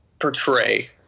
portray